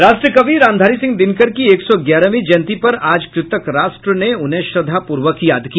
राष्ट्र कवि रामधारी सिंह दिनकर की एक सौ ग्यारहवीं जयंती पर आज कृतज्ञ राष्ट्र ने उन्हें श्रद्वापूर्वक याद किया